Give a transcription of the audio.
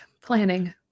Planning